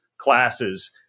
classes